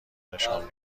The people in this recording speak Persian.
نشان